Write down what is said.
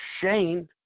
Shane